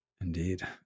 indeed